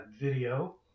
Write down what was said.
video